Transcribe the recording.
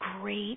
great